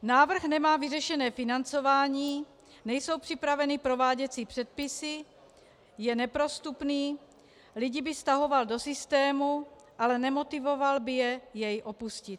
Návrh nemá vyřešené financování, nejsou připraveny prováděcí předpisy, je neprostupný, lidi by stahoval do systému, ale nemotivoval by je jej opustit.